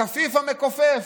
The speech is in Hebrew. הכפיף המכופף.